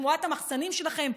תמורת המחסנים שלכם.